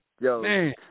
yo